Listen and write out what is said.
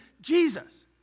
Jesus